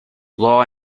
law